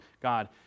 God